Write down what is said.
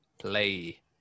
play